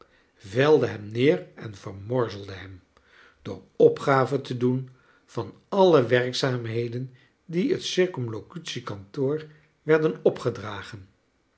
velde hem neer en vermorzelde hem door opgave te doen van alle werkzaamheden die het circumlocutie kantoor werden opgedragen